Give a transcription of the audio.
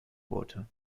boote